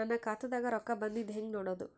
ನನ್ನ ಖಾತಾದಾಗ ರೊಕ್ಕ ಬಂದಿದ್ದ ಹೆಂಗ್ ನೋಡದು?